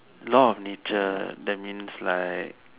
law of nature that means like